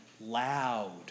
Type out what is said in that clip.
loud